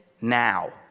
now